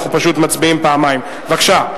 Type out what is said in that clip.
בבקשה.